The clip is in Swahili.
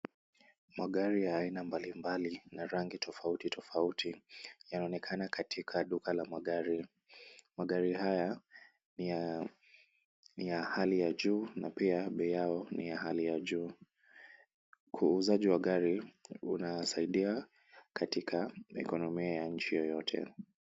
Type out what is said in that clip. Magari ya aina mbalimbali na rangi tofauti tofauti yanaonekana katika duka la magari. Magari haya ni ya hali ya juu na pia bei yao ni ya hali ya juu. Uuzaji wa gari unasaidia katika ekonomia ya nchi yoyote.